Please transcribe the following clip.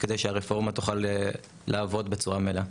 כדי שהרפורמה תוכל לעבוד בצורה מלאה.